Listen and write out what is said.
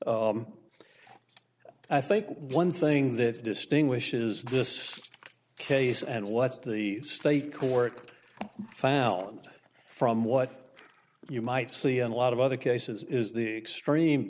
i think one thing that distinguishes this case and what the state court found from what you might see in a lot of other cases is the extreme